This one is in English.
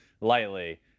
lightly